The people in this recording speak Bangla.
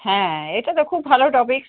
হ্যাঁ এটা তো খুব ভালো টপিক